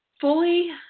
fully